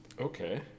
Okay